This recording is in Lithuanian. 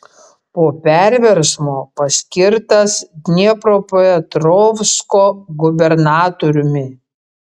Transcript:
po perversmo paskirtas dniepropetrovsko gubernatoriumi